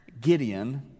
Gideon